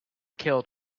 killed